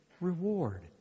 reward